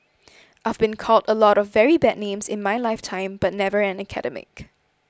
I've been called a lot of very bad names in my lifetime but never an academic